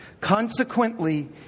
Consequently